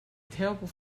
terrible